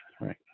Right